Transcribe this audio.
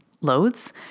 loads